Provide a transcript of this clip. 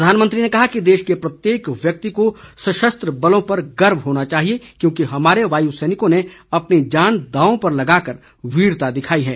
प्रधानमंत्री ने कहा कि देश के प्रत्येक व्यक्ति को सशस्त्र बलों पर गर्व होना चाहिए क्योंकि हमारे वायु सैनिकों ने अपनी जान दांव पर लगाकर वीरता दिखाई है